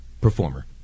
performer